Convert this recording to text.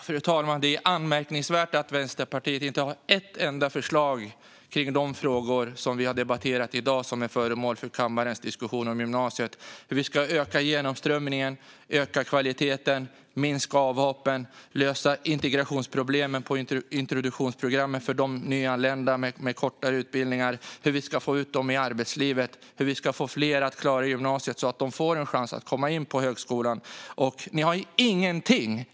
Fru talman! Det är anmärkningsvärt att Vänsterpartiet inte har ett enda förslag om de frågor som vi har debatterat i dag och som är föremål för kammarens diskussion om gymnasiet. Det handlar om hur vi ska öka genomströmningen, öka kvaliteten, minska avhoppen och lösa integrationsproblemen på introduktionsprogrammet för nyanlända med kortare utbildning. Det handlar vidare om hur vi ska få ut nyanlända i arbetslivet och hur vi ska få fler att klara gymnasiet så att de får en chans att komma in på högskolan. Ni har ingenting.